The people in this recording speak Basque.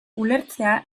ulertzea